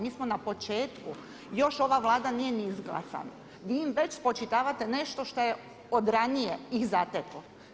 Mi smo na početku, još ova Vlada nije ni izglasana, vi im već spočitavate nešto što je od ranije ih zateklo.